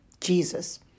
Jesus